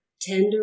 tender